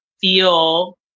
feel